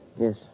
Yes